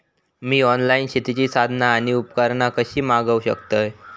मी online शेतीची साधना आणि उपकरणा कशी मागव शकतय?